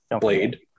Blade